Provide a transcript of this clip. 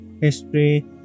history